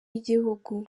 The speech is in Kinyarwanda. y’igihugu